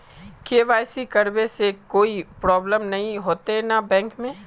KYC करबे से कोई प्रॉब्लम नय होते न बैंक में?